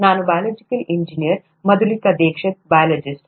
ನಾನು biological engineer Madhulika Dikshit biologist